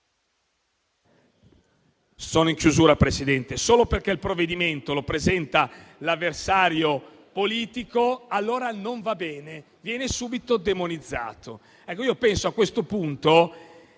sempre più forte: solo perché il provvedimento lo presenta l'avversario politico, allora non va bene e viene subito demonizzato.